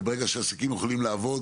וברגע שהעסקים יכולים לעבוד